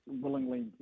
willingly